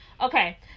Okay